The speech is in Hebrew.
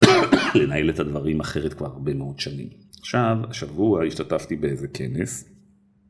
לנהל את הדברים אחרת כבר הרבה מאוד שנים. עכשיו, השבוע השתתפתי באיזה כנס.